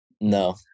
No